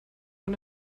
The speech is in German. von